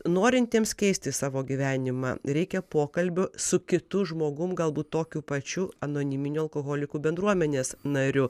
norintiems keisti savo gyvenimą reikia pokalbio su kitu žmogumi galbūt tokiu pačiu anoniminių alkoholikų bendruomenės nariu